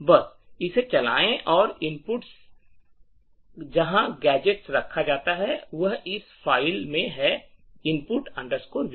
बस इसे चलाएं और इनपुट है इनपुट जहां गैजेट्स रखा जाता है वह इस फाइल में है input vm